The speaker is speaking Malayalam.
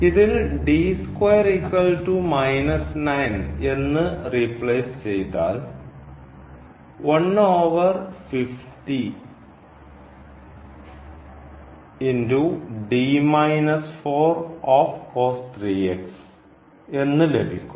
ഇതിൽ എന്ന് റീപ്ലേസ് ചെയ്താൽ എന്ന് ലഭിക്കുന്നു